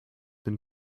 been